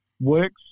works